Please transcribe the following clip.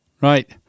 right